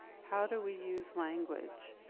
how do we use language?